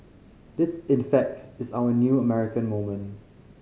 this in fact is our new American moment